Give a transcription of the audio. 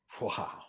Wow